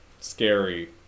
scary